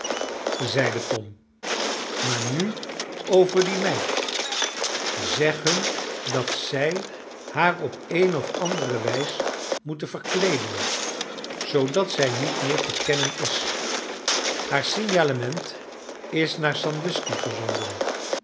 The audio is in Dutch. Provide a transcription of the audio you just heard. zeide tom maar nu over die meid zeg hun dat zij haar op eene of andere wijs moeten verkleeden zoodat zij niet meer te kennen is haar signalement is naar sandusky gezonden